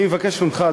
אני מבקש ממך,